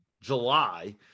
July